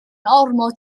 ormod